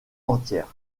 entières